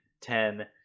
ten